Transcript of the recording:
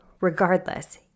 regardless